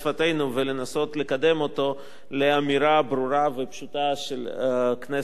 ולנסות לקדם אותו לאמירה ברורה ופשוטה של כנסת ישראל.